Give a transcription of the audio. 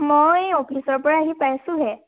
মই অফিচৰ পৰা আহি পাইছোঁহে